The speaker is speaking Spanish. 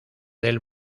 del